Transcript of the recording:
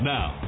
Now